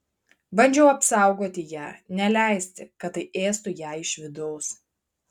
bandžiau apsaugoti ją neleisti kad tai ėstų ją iš vidaus